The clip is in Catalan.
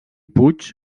puig